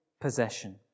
possession